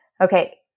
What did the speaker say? Okay